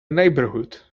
neighbourhood